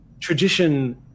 tradition